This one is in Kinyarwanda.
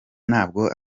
ntabwo